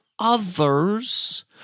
others